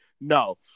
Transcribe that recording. No